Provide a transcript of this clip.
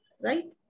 right